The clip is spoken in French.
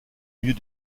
milieu